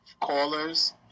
callers